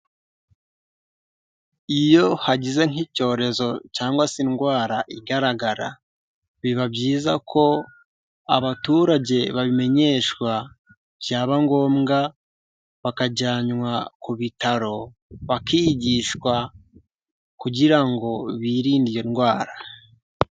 Iyo hagize nk'icyorezo cyangwa se indwara igaragara, biba byiza ko abaturage babimenyeshwa, byaba ngombwa bakajyanwa ku bitaro bakigishwa kugira ngo birinde iyo ndwara.